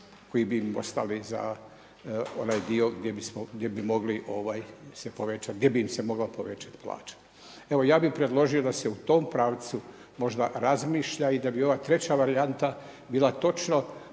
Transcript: koji bi im ostali za onaj dio gdje bi mogli se povećat, gdje bi im se mogla povećat plaća. Evo ja bih predložio da se u tom pravcu možda razmišlja i da bi ova treća varijanta bila točno